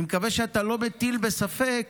אני מקווה שאתה לא מטיל ספק